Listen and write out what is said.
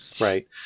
Right